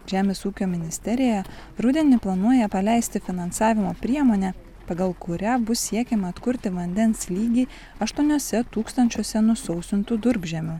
žemės ūkio ministerija rudenį planuoja paleisti finansavimo priemonę pagal kurią bus siekiama atkurti vandens lygį aštuniuose tūkstančiuose nusausintų durpžemių